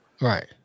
Right